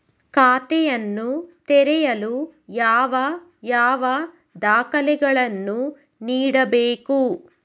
ಖಾತೆಯನ್ನು ತೆರೆಯಲು ಯಾವ ಯಾವ ದಾಖಲೆಗಳನ್ನು ನೀಡಬೇಕು?